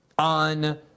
On